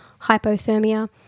hypothermia